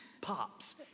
Pops